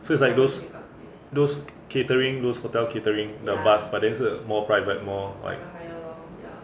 so is like those those catering those hotel catering the bus but then 是 more private more like